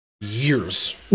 Years